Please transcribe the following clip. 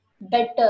Better